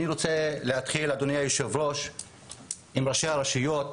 אני רוצה להתחיל עם ראשי הרשויות,